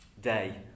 day